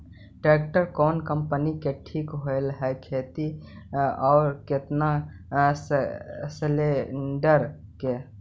Tractor कोन company के ठीक होब है खेती ल औ केतना सलेणडर के?